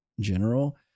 general